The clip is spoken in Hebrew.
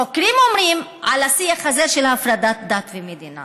החוקרים אומרים על השיח הזה של הפרדת דת ומדינה